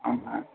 అవునా